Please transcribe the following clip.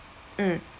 mm